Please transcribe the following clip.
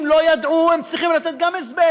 אם לא ידעו, גם הם צריכים לתת הסבר.